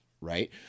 right